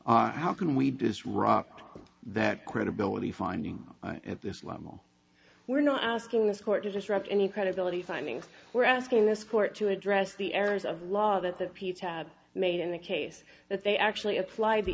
so how can we disrupt that credibility finding at this level we're not asking this court to disrupt any credibility findings we're asking this court to address the errors of law that that piece have made in the case that they actually